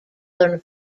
learn